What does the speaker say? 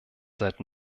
seit